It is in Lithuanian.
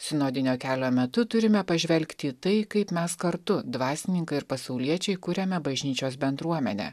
sinodinio kelio metu turime pažvelgti į tai kaip mes kartu dvasininkai ir pasauliečiai kuriame bažnyčios bendruomenę